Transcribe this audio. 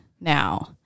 now